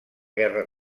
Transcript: guerra